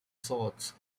sorts